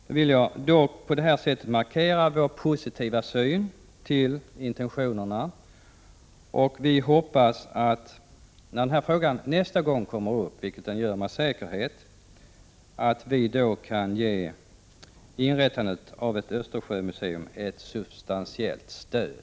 Jag vill dock på det här sättet markera vår positiva syn på intentionerna. Vi hoppas att vi när denna fråga nästa gång kommer upp, vilket den med säkerhet kommer att göra, kan ge inrättandet av ett Östersjömuseum ett substantiellt stöd.